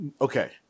okay